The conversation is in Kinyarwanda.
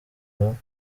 rwanda